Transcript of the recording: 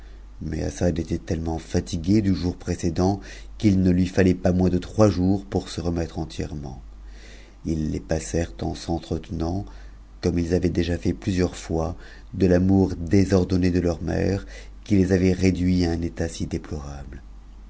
mais assad était tellement iatigué du jour précédent m ne lui fallait pas moins de trois jours pour se remettre entièrement les passèrent en s'entretenant comme ils avaient déjà fait plusieurs ibis de l'amour désordonné de leurs mères qui les avait réduits à nn état si déplorable